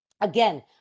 Again